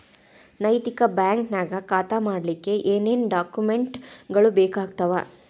ನೈತಿಕ ಬ್ಯಾಂಕ ನ್ಯಾಗ್ ಖಾತಾ ಮಾಡ್ಲಿಕ್ಕೆ ಏನೇನ್ ಡಾಕುಮೆನ್ಟ್ ಗಳು ಬೇಕಾಗ್ತಾವ?